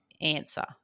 answer